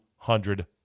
Hundred